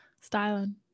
styling